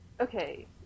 Okay